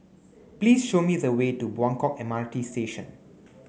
please show me the way to Buangkok M R T Station